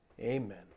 Amen